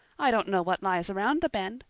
i don't know what lies around the bend,